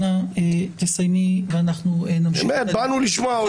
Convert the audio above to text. אנא תסיימי ונמשיך.